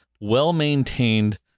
well-maintained